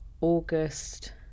August